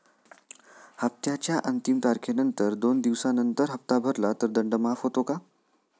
हप्त्याच्या अंतिम तारखेनंतर दोन दिवसानंतर हप्ता भरला तर दंड माफ होतो का?